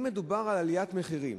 אם מדובר על עליית מחירים,